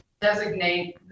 designate